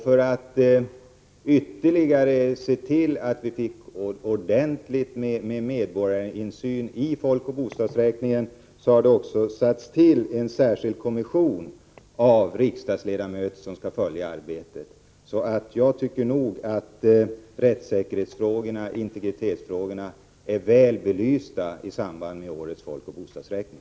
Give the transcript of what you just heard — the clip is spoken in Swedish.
För att ytterligare se till att det blir medborgarinsyn i folkoch bostadsräkningen har vi dessutom satt till en särskild kommission av riksdagsledamöter som skall följa arbetet. Jag tycker nog att rättssäkerhetsfrågorna, integritetsfrågorna, är väl belysta i samband med årets folkoch bostadsräkning.